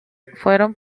fueron